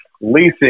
leasing